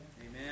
Amen